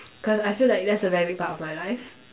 cause I feel like that's a very big part of my life